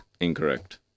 Incorrect